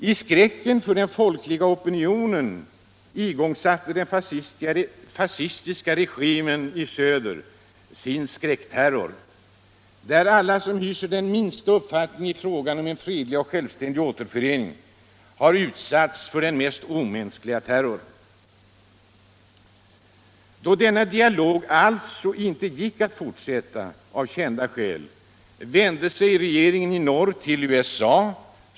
I skräcken för den folkliga opinionen igångsatte den fascistiska regimen i söder sin skräckterror, där alla som hyser någon uppfattning i frågan om en fredlig och självständig återförening utsätts för den mest omänskliga terror. Då denna dialog alltså av kända skäl inte kunde fortsätta vände sig regeringen i norr till USA.